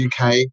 UK